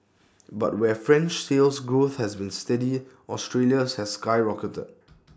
but where French Sales Growth has been steady Australia's has skyrocketed